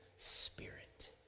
Spirit